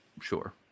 Sure